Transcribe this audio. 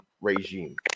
regime